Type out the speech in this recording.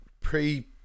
Pre